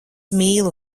mīlu